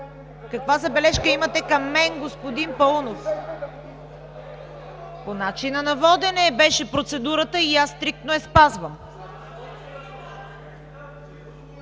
каква забележка имате към мен? По начина на водене беше процедурата и аз стриктно я спазвам.